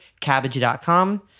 Cabbage.com